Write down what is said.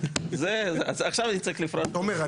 תומר,